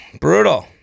Brutal